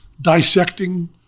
dissecting